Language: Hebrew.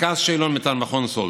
רכז שאלון מטעם מכון סאלד.